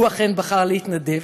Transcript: והוא אכן בחר להתנדב,